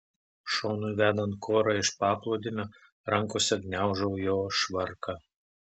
šonui vedant korą iš paplūdimio rankose gniaužau jo švarką